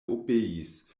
obeis